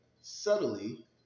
subtly